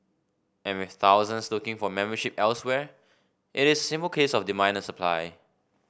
and with thousands looking for membership elsewhere it is a simple case of demand and supply